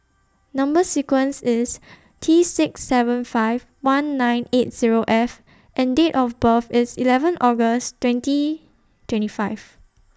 Number sequence IS T six seven five one nine eight Zero F and Date of birth IS eleven August twenty twenty five